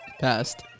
passed